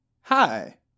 Hi